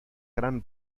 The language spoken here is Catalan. gran